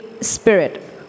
spirit